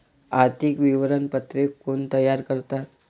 आर्थिक विवरणपत्रे कोण तयार करतात?